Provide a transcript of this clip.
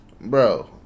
Bro